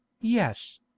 Yes